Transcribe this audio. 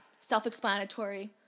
self-explanatory